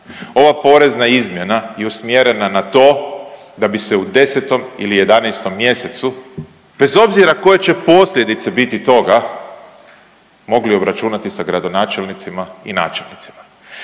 Ova porezna izmjena je usmjerena na to da bi se u 10. ili 11. mjesecu bez obzira koje će posljedice biti toga mogli obračunati sa gradonačelnicima i načelnicima.